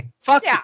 Fuck